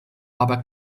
aber